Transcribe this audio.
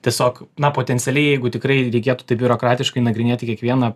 tiesiog na potencialiai jeigu tikrai reikėtų taip biurokratiškai nagrinėti kiekvieną